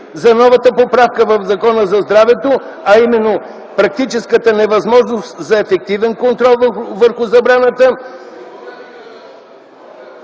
за новата поправка в Закона за здравето, а именно практическата невъзможност за ефективен контрол върху забраната